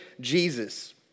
Jesus